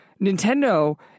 Nintendo